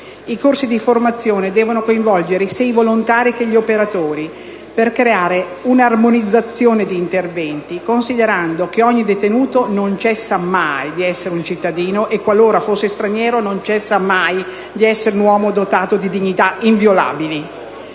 I corsi di formazione devono coinvolgere sia i volontari che gli operatori per creare l'armonizzazione fra gli interventi, considerando che ogni detenuto non cessa mai di essere cittadino e, qualora fosse straniero, non cessa mai di essere uomo dotato di dignità inviolabile.